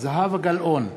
זהבה גלאון,